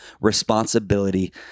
responsibility